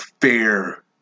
fair